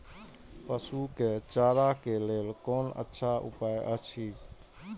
पशु के चारा के लेल कोन अच्छा उपाय अछि?